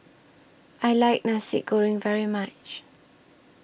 I like Nasi Goreng very much